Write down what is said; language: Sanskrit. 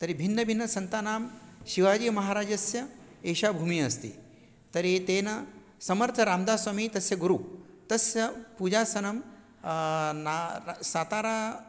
तर्हि भिन्नभिन्नसन्तानां शिवाजीमहाराजस्य एषा भूमिः अस्ति तर्हि तेन समर्थराम्दास् स्वामी तस्य गुरु तस्य पूजासनं नान सातारा